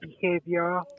behavior